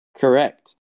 Correct